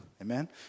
amen